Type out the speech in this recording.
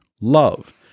love